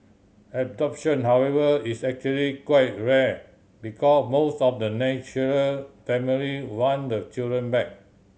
adoption however is actually quite rare because most of the natural family want the children back